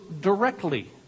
directly